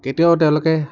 কেতিয়াও তেওঁলোকে